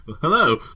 Hello